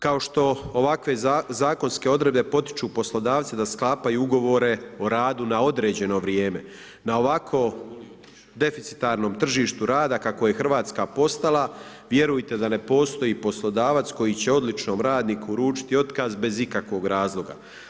Kao što ovakve zakonske odredbe potiču poslodavca da sklapaju ugovore o radu na određeno vrijeme na ovako deficitarnom tržištu rada kakvo je Hrvatska postala, vjerujte da ne postoji poslodavac koji će odličnom radniku uručiti otkaz bez ikakvog razloga.